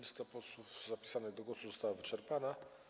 Lista posłów zapisanych do głosu została wyczerpana.